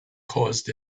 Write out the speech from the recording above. caused